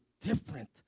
different